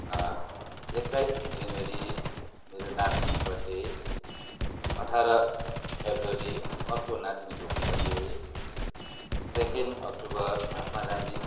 एक्काइस जनवरी मेरो नातिनीको बर्थडे अठार फेब्रवरी अर्को नातिनीको birthday second October Mahatma Gandhi